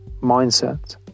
mindset